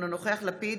אינו נוכח יאיר לפיד,